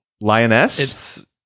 lioness